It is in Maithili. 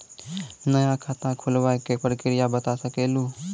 नया खाता खुलवाए के प्रक्रिया बता सके लू?